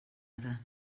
other